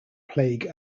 plague